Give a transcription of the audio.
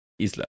Isla